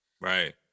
Right